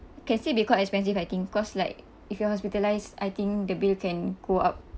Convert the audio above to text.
can still be quite expensive I think cause like if you are hospitalized I think the bill can go up